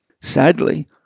Sadly